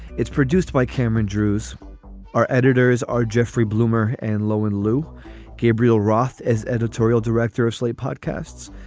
it's produced by cameron drews our editors are jeffrey bloomer and lo and lou gabriel roth as editorial director of slate podcasts.